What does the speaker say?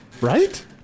Right